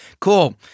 Cool